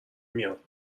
میاد